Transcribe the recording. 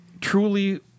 truly